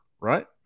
right